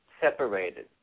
separated